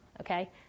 Okay